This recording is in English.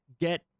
get